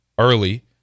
early